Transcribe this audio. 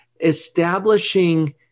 establishing